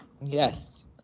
Yes